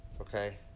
Okay